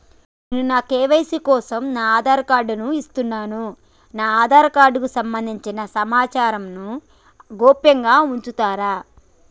నేను నా కే.వై.సీ కోసం నా ఆధార్ కార్డు ను ఇస్తున్నా నా ఆధార్ కార్డుకు సంబంధించిన సమాచారంను గోప్యంగా ఉంచుతరా?